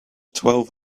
twelve